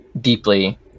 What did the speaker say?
Deeply